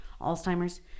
Alzheimer's